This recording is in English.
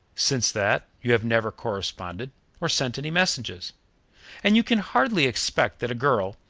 since that, you have never corresponded or sent any messages and you can hardly expect that a girl,